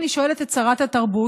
אני שואלת את שרת התרבות,